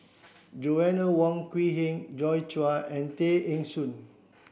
Joanna Wong Quee Heng Joi Chua and Tay Eng Soon